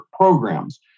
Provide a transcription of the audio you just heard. programs